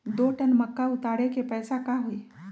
दो टन मक्का उतारे के पैसा का होई?